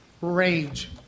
Rage